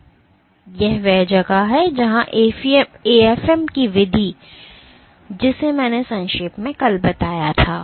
और यह वह जगह है जहां AFM की विधि जिसे मैंने संक्षेप में कल बताया था